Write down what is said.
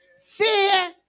fear